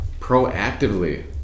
proactively